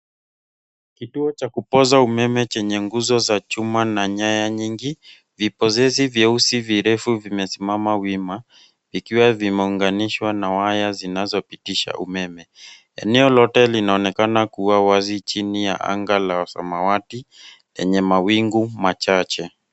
Kituo cha kupoza umeme chenye nguzo za chuma na nyaya nyingi vipokoze vyeusi virefu vimesimama wima vikiwa vimeunganishwa na waya zinazopitisha umeme. Eneo lote linaonekana kuwa wazi chini ya anga la samawati lenye mawingu machache.